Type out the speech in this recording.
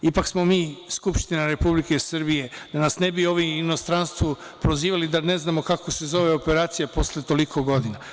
Ipak smo mi Skupština Republike Srbije, da nas ne bi ovi u inostranstvu prozivali da ne znamo kako se zove operacija posle toliko godina.